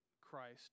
Christ